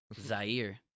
Zaire